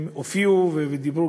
הם הופיעו ודיברו,